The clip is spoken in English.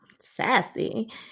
Sassy